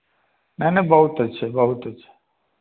नहीं नहीं बहुत अच्छे बहुत अच्छे